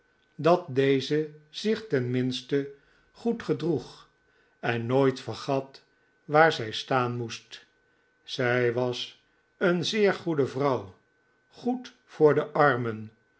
dat deze zich ten minste goed gedroeg en nooit vergat waar zij staan moest zij was een zeer goede vrouw goed voor de armen